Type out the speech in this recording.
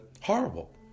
horrible